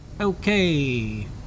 Okay